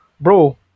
bro